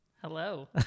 Hello